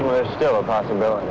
it was still a possibility